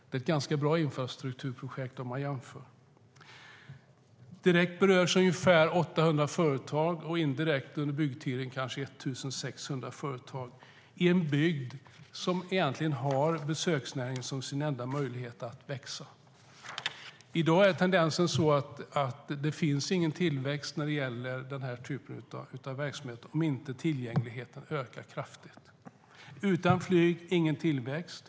Det är ett ganska bra infrastrukturprojekt om man jämför. Direkt berörs ungefär 800 företag och indirekt under byggtiden kanske 1 600 företag. Detta i en bygd som har besöksnäringen som sin enda egentliga möjlighet att växa. I dag är tendensen att det inte finns någon möjlighet till tillväxt för den här typen av verksamhet om inte tillgängligheten ökar kraftigt. Utan flyg ingen tillväxt.